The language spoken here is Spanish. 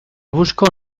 busco